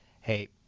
hey